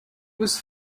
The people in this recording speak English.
was